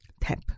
tap